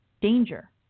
danger